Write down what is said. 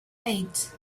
eight